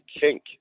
kink